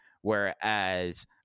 whereas